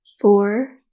four